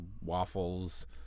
waffles